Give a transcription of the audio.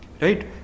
right